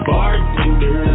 Bartender